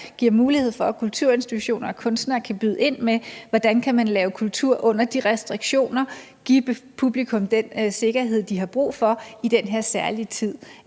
giver mulighed for, at kulturinstitutioner og kunstnere kan byde ind med, hvordan man kan lave kultur under de restriktioner og give publikum den sikkerhed, de har brug for i den her særlige tid.